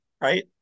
right